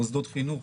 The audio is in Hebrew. מוסדות חינוך,